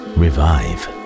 revive